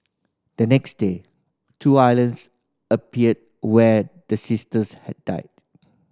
the next day two islands appeared where the sisters had died